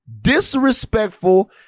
disrespectful